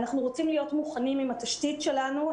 אנחנו רוצים להיות מוכנים עם התשתית שלנו,